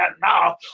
now